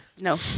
No